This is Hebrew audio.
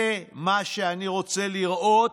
זה מה שאני רוצה לראות",